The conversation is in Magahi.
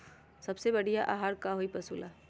सबसे बढ़िया आहार का होई पशु ला?